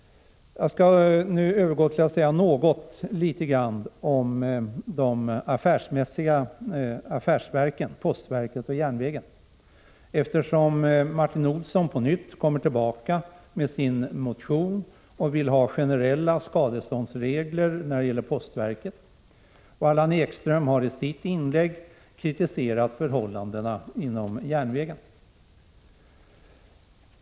Jag skall nu något beröra affärsverken, postverket och järnvägen, eftersom Martin Olsson kommer tillbaka med sin motion och vill ha generella skadeståndsregler när det gäller postverket och Allan Ekström i sitt inlägg kritiserat förhållandena inom järnvägen.